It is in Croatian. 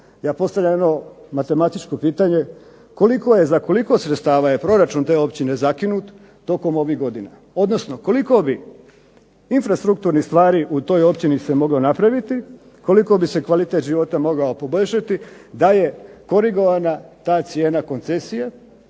Ja postavljam jedno matematičko pitanje, za koliko sredstava je proračun te općine zakinut tokom ovih godina? Odnosno, koliko bi infrastrukturnih stvari u toj općini se moglo napraviti? Koliko bi se kvalitet života mogao poboljšati da je korigovana ta cijena koncesije